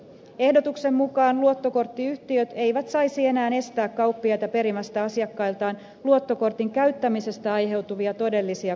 ehdotuksen mukaan luottokorttiyhtiöt eivät saisi enää estää kauppiaita perimästä asiakkailtaan luottokortin käyttämisestä aiheutuvia todellisia kustannuksia